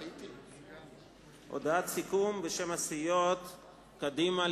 הודעת סיכום בשם סיעות קדימה,